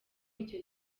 icyo